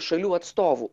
šalių atstovų